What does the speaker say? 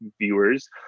viewers